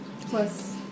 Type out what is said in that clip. Plus